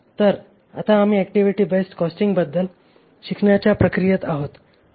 तर आता आम्ही ऍक्टिव्हिटी बेस्ड कॉस्टिंगबद्दल शिकण्याच्या प्रक्रियेत आहोत